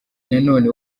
nanone